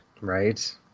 Right